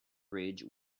bridge